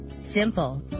simple